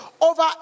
over